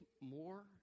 more